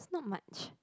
not much